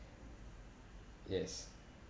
yes